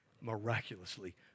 miraculously